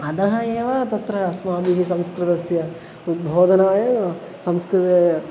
अतः एव तत्र अस्माभिः संस्कृतस्य उद्बोधनायैव संस्कृते